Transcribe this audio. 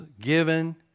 given